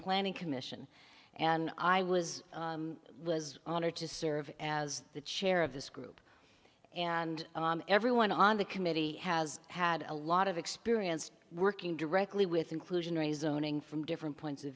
planning commission and i was was honored to serve as the chair of this group and everyone on the committee has had a lot of experience working directly with inclusionary zoning from different points of